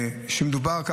מדובר: